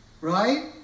right